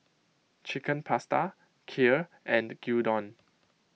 Chicken Pasta Kheer and Gyudon